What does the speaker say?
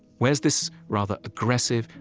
where's this rather aggressive,